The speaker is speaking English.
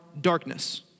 darkness